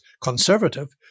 conservative